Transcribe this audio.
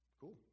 Cool